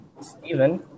Steven